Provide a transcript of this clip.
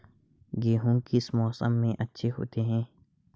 गेहूँ किस मौसम में अच्छे होते हैं?